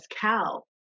cow